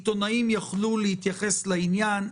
עיתונאים יכלו להתייחס לעניין,